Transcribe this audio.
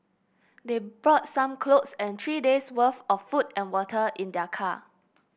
they brought some clothes and three days worth of food and water in their car